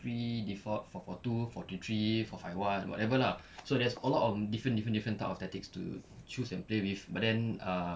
pre-default four four two four two three four five one whatever lah so there's a lot of different different different types of tactics to choose and play with but then ah